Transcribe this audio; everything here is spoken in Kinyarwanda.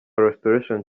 restoration